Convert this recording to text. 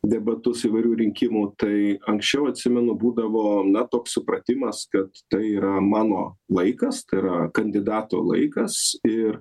debatus įvairių rinkimų tai anksčiau atsimenu būdavo na toks supratimas kad tai yra mano laikas tai yra kandidato laikas ir